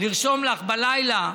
בלילה,